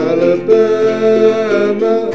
Alabama